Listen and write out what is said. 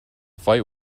fight